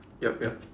yup yup